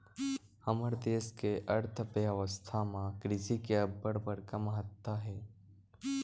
हमर देस के अर्थबेवस्था म कृषि के अब्बड़ बड़का महत्ता हे